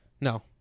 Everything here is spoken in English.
No